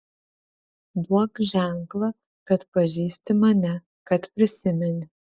duok ženklą kad pažįsti mane kad prisimeni